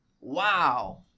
Wow